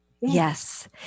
Yes